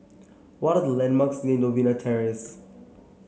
what are the landmarks near Novena Terrace